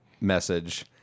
message